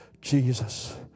Jesus